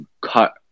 cut